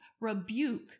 rebuke